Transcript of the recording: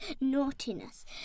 naughtiness